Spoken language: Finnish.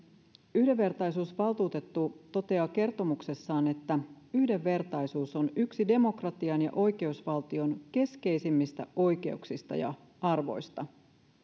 yhdenvertaisuusvaltuutettu toteaa kertomuksessaan että yhdenvertaisuus on yksi demokratian ja oikeusvaltion keskeisimmistä oikeuksista ja arvoista